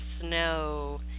snow